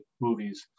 movies